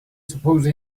suppose